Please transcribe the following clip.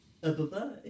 Bye-bye